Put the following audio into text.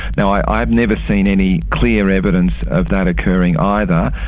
now, i have never seen any clear evidence of that occurring either.